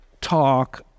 talk